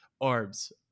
arms